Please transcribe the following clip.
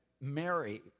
Mary